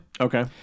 Okay